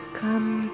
come